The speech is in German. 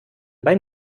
beim